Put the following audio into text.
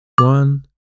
One